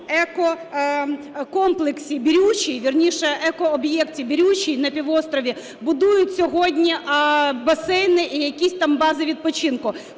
екокомплексі Бірючий, вірніше екооб'єкті Бірючий на півострові будують сьогодні басейни і якісь там бази відпочинку.